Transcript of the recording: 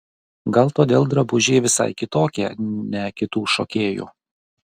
gal todėl drabužiai visai kitokie ne kitų šokėjų